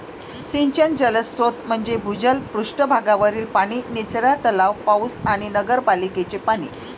सिंचन जलस्रोत म्हणजे भूजल, पृष्ठ भागावरील पाणी, निचरा तलाव, पाऊस आणि नगरपालिकेचे पाणी